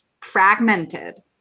fragmented